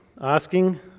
asking